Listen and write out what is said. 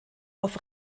auf